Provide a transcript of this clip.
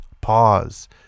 pause